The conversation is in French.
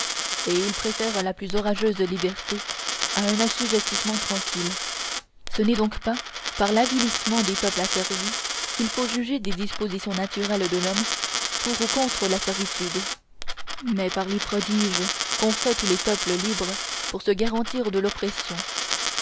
et il préfère la plus orageuse liberté à un assujettissement tranquille ce n'est donc pas par l'avilissement des peuples asservis qu'il faut juger des dispositions naturelles de l'homme pour ou contre la servitude mais par les prodiges qu'ont faits tous les peuples libres pour se garantir de l'oppression